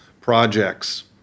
projects